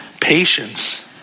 Patience